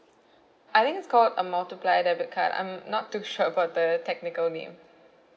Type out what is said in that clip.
I think it's called a multiply debit card I'm not too sure about the technical name